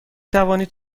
توانید